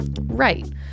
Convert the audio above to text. Right